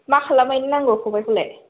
मा खालामहैनो नांगौ खबाइखौलाय